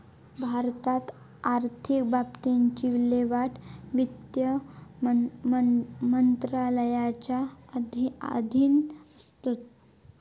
भारतात आर्थिक बाबतींची विल्हेवाट वित्त मंत्रालयाच्या अधीन असता